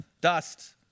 Dust